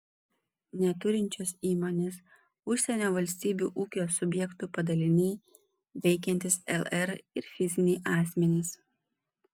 neturinčios įmonės užsienio valstybių ūkio subjektų padaliniai veikiantys lr ir fiziniai asmenys